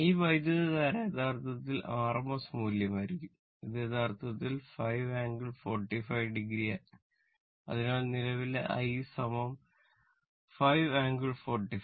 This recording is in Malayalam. ഈ വൈദ്യുതധാര യഥാർത്ഥത്തിൽ rms മൂല്യം ആയിരിക്കും അത് യഥാർത്ഥത്തിൽ 5 ∟ 45 o അതിനാൽ നിലവിലെ i 5 ∟ 45 o